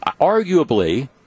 Arguably –